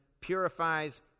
purifies